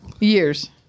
Years